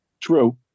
true